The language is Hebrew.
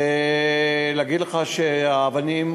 ולהגיד לך שהאבנים,